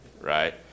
Right